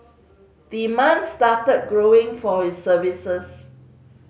demand started growing for his services